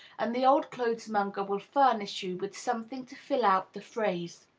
and the old-clothes monger will furnish you with something to fill out the phrase.